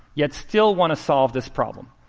yet still want to solve this problem.